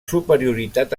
superioritat